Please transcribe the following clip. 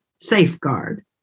safeguard